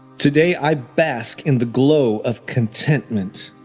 today, i bask in the glow of contentment.